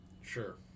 Sure